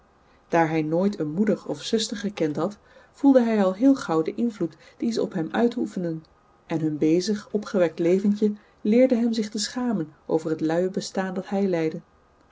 daar hij nooit een moeder of zuster gekend had voelde hij al heel gauw den invloed dien ze op hem uitoefenden en hun bezig opgewekt leventje leerde hem zich te schamen over het luie bestaan dat hij leidde